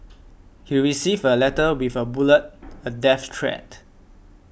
he received a letter with a bullet a death threat